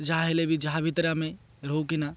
ଯାହା ହେଲେ ବି ଯାହା ଭିତରେ ଆମେ ରହୁ କିିନା